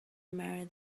marry